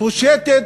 פושטת